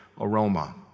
aroma